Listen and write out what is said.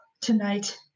tonight